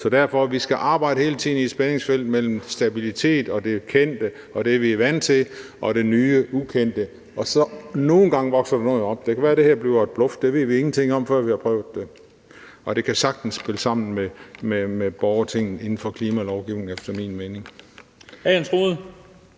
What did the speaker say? Så derfor skal vi hele tiden arbejde i et spændingsfelt mellem stabilitet, det kendte, det, vi er vant til, og det nye ukendte. Og nogle gange vokser der så noget op. Det kan være, det her bliver et bluff. Det ved vi ingenting om, før vi har prøvet det. Og det kan sagtens spille sammen med borgertinget inden for klimalovgivningen, efter min mening.